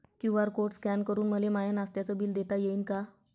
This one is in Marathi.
क्यू.आर कोड स्कॅन करून मले माय नास्त्याच बिल देता येईन का?